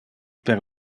per